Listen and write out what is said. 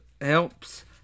Helps